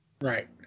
Right